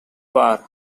bar